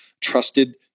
trusted